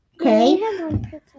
okay